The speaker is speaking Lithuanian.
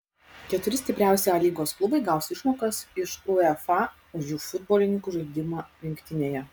keturi stipriausi a lygos klubai gaus išmokas iš uefa už jų futbolininkų žaidimą rinktinėje